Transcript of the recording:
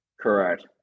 Correct